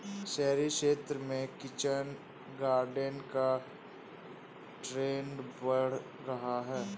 शहरी क्षेत्र में किचन गार्डन का ट्रेंड बढ़ रहा है